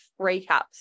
recaps